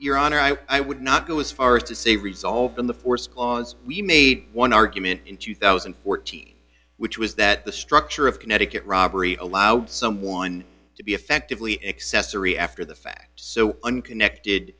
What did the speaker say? your honor i would not go as far as to say resolved in the forced clause we made one argument in two thousand and fourteen which was that the structure of connecticut robbery allowed someone to be effectively accessory after the fact so unconnected